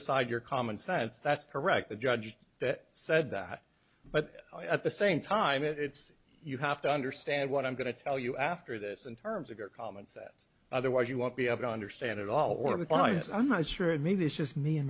aside your common sense that's correct the judge that said that but at the same time it's you have to understand what i'm going to tell you after this in terms of your comments that otherwise you won't be able to understand it all or because i'm not sure maybe it's just me and